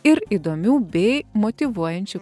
ir įdomių bei motyvuojančių